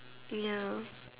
ya